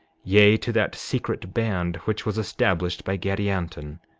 yea, to that secret band which was established by gadianton!